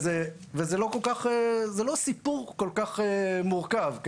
זה לא סיפור כל כך מורכב.